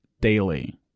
Daily